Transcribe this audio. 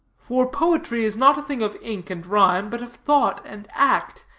for poetry is not a thing of ink and rhyme, but of thought and act,